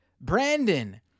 Brandon